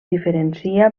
diferencia